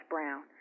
Brown